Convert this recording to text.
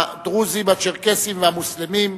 הדרוזים, הצ'רקסים והמוסלמים,